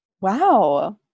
Wow